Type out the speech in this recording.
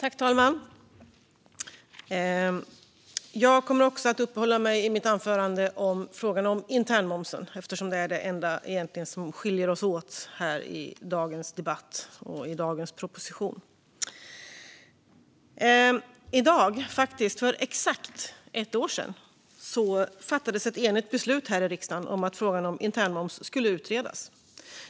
Fru talman! Jag kommer också i mitt anförande att uppehålla mig vid frågan om internmomsen eftersom det egentligen är det enda som skiljer oss åt i dagens debatt och proposition. För exakt ett år sedan i dag fattades ett enigt beslut här i riksdagen om att frågan om internmoms skulle utredas.